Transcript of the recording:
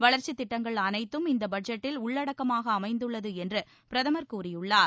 வளர்ச்சித் திட்டங்கள் அனைத்தும் இந்த பட்ஜெட்டில் உள்ளடக்கமாக அமைந்துள்ளது என்று பிரதமர் கூறியுள்ளார்